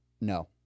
no